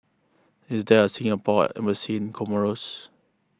is there a Singapore Embassy in Comoros